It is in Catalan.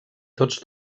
tots